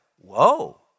whoa